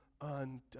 undone